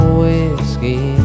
whiskey